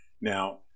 Now